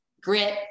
grit